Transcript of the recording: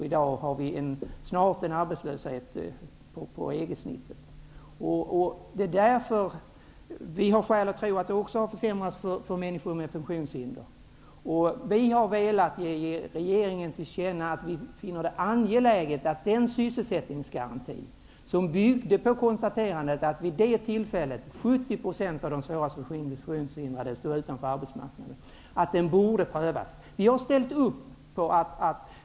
I dag har vi snart en arbetslöshet som motsvarar EG Vi har skäl att tro att det också har skett försämringar för människor med funktionshinder. Vi har velat ge regeringen till känna att vi finner det angeläget att den sysselsättningsgaranti som byggde på konstaterandet att 70 % av de svårast funktionshindrade vid det tillfället stod utanför arbetsmarknaden borde prövas. Vi har ställt upp på det.